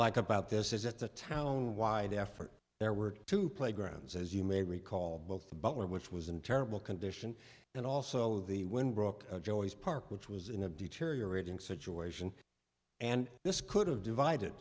like about this is it's a town wide effort there were two playgrounds as you may recall both the butler which was in terrible condition and also the wind broke joey's park which was in a deteriorating situation and this could have divided